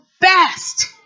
best